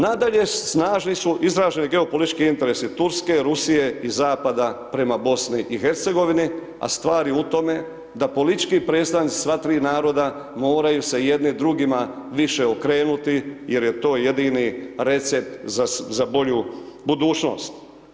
Nadalje, snažni su izraženi geopolitički interesi Turske, Rusije i zapada prema BiH a stvar je u tome da politički predstavnici sva tri naroda moraju se jedini drugima više okrenuti jer je to jedini recept za bolju budućnost.